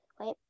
right